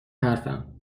حرفم